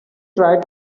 tried